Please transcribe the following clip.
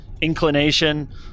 inclination